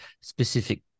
specific